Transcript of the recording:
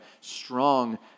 strong